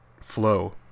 flow